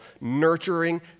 nurturing